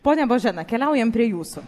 ponia božena keliaujam prie jūsų